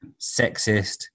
sexist